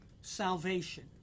salvation